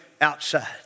outside